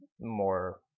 more